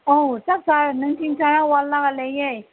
ꯑꯧ ꯆꯥꯛ ꯆꯥꯔꯒ ꯅꯨꯡꯊꯤꯟ ꯆꯔꯥ ꯋꯥꯜꯂꯒ ꯂꯩꯌꯦ